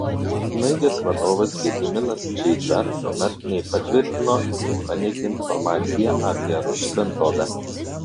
snaigės vadovas gediminas čeika tuomet nei patvirtino nei paneigė informaciją apie rusų bendrovę